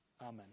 Amen